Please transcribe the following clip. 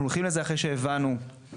אנחנו הולכים לזה אחרי שהבנו שהניצול